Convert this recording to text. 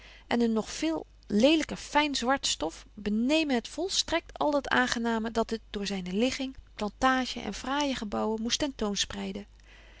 en een nog veel lelyker fyn zwart stof benemen het volstrekt al dat aangename dat het door zyne ligging plantage en fraaije gebouwen moest